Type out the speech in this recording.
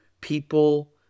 people